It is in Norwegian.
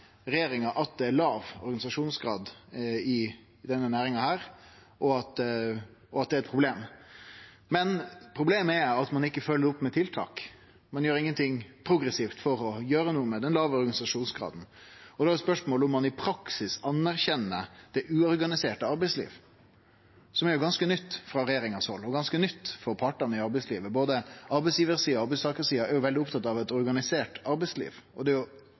regjeringa at det er låg organisasjonsgrad i denne næringa, og at det er eit problem, men problemet er at ein ikkje følgjer opp med tiltak. Ein gjer ingenting progressivt for å gjere noko med den låge organisasjonsgraden. Da er spørsmålet om ein i praksis anerkjenner det uorganiserte arbeidslivet, som jo er ganske nytt frå regjeringas side, og ganske nytt for partane i arbeidslivet. Både arbeidsgivarsida og arbeidstakarsida er veldig opptatt av eit organisert arbeidsliv. Det er overraskande at regjeringa ikkje er det. Vi er